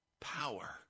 power